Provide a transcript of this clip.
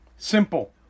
simple